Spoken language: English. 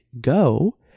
go